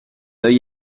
oeil